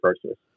process